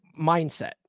mindset